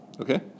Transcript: Okay